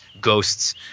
Ghosts